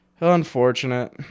unfortunate